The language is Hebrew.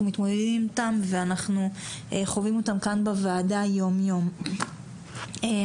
מתמודדים איתם ואנחנו חווים אותם כאן בוועדה באופן יום יומי בכל